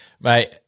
Mate